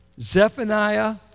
Zephaniah